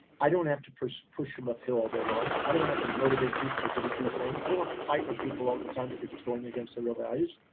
i don't have to push push them uphill all day long. i don't want to have to motivate people to get to do things. i don't want to fight with people all the time, because it's going against the real values.